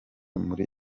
muri